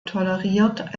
toleriert